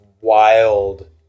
wild